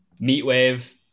Meatwave